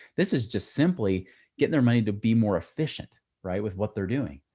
this is just simply getting their money to be more efficient, right? with what they're doing,